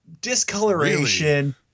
discoloration